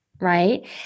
right